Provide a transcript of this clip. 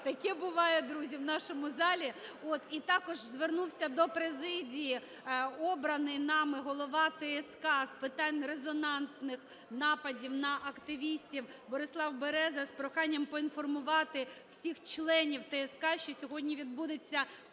Таке буває, друзі, в нашому залі. І також звернувся до президії обраний нами голова ТСК з питань резонансних нападів на активістів Борислав Береза з проханням поінформувати всіх членів ТСК, що сьогодні відбудеться